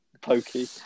pokey